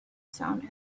sound